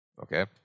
Okay